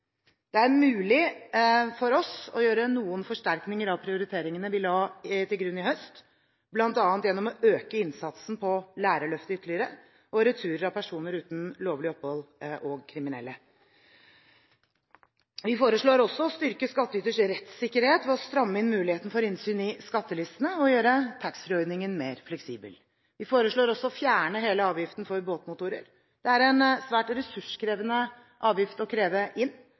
Det er mulig for oss å gjøre noen forsterkninger av prioriteringene vi la til grunn i høst, bl.a. gjennom å øke innsatsen på lærerløftet ytterligere og retur av personer uten lovlig opphold og kriminelle. Vi foreslår også å styrke skattyters rettssikkerhet ved å stramme inn muligheten for innsyn i skattelistene og ved å gjøre taxfree-ordningen mer fleksibel. Vi foreslår også å fjerne hele avgiften for båtmotorer. Det er en svært ressurskrevende avgift å kreve inn,